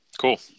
Cool